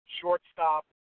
shortstop